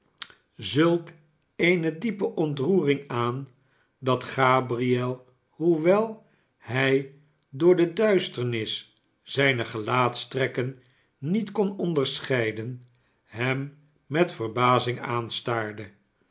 zulk eene diepe ontroering aan dat gabriel hoewel hij door de duisternis zijne gelaatstrekken niet kon onderscheiden hem met verbazing aanstaarde